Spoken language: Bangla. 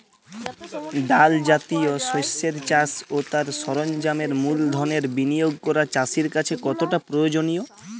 ডাল জাতীয় শস্যের চাষ ও তার সরঞ্জামের মূলধনের বিনিয়োগ করা চাষীর কাছে কতটা প্রয়োজনীয়?